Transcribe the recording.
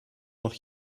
noch